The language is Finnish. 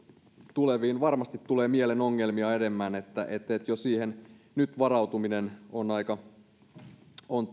tuleviin mielenongelmia joita varmasti tulee enemmän siihen varautuminen jo nyt on